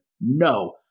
No